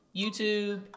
youtube